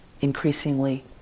increasingly